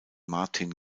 martin